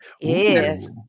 Yes